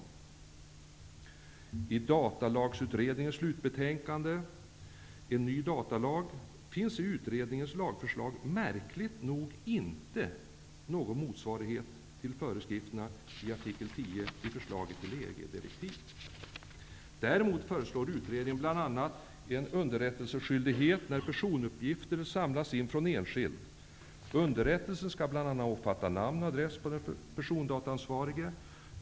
I datalagsutredningens slutbetänkande En ny datalag finns i utredningens lagförslag märkligt nog inte någon motsvarighet till föreskrifterna i artikel 10 i förslaget till EG-direktiv. Däremot föreslår utredningen bl.a. en underrättelseskyldighet när personuppgifter samlas in från enskild. Underrättelsen skall bl.a. omfatta namn och adress på den persondataansvarige.